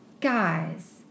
Guys